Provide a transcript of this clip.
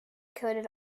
coated